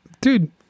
dude